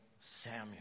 Samuel